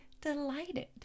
delighted